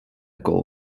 goal